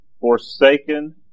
forsaken